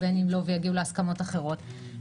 ובין אם לא ויגיעו להסכמות אחרות,